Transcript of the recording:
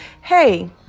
hey